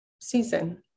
season